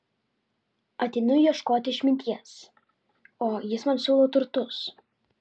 ateinu ieškoti išminties o jis man siūlo turtus